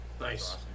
Nice